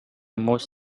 most